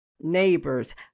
neighbors